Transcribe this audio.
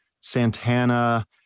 Santana